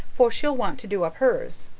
for she'll want to do up hers.